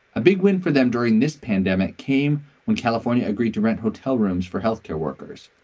a big win for them during this pandemic came when california agreed to rent hotel rooms for health care workers.